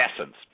essence